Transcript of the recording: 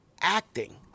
acting